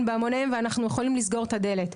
בהמוניהם ואנו יכולים לסגור את הדלת.